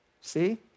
See